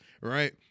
right